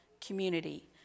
community